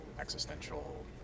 existential